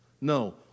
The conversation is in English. No